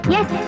Yes